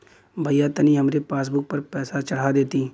भईया तनि हमरे पासबुक पर पैसा चढ़ा देती